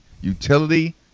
Utility